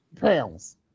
pounds